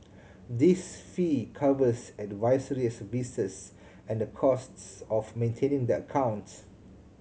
this fee covers advisory services and the costs of maintaining the account